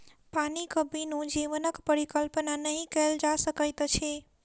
पानिक बिनु जीवनक परिकल्पना नहि कयल जा सकैत अछि